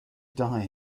die